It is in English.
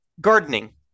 gardening